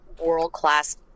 world-class